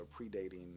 predating